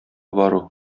бару